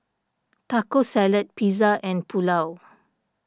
Taco Salad Pizza and Pulao